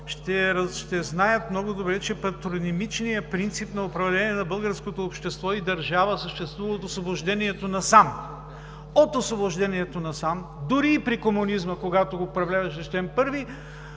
ще знаят много добре, че патронимичният принцип на управление на българското общество и държава съществува от Освобождението насам. От Освобождението насам, дори и при комунизма, когато управляваше чл. 1,